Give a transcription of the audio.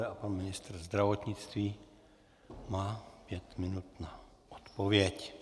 A pan ministr zdravotnictví má pět minut na odpověď.